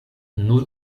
nur